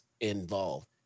involved